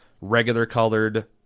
regular-colored